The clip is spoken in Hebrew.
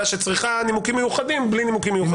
שצריכה נימוקים מיוחדים בלי נימוקים מיוחדים.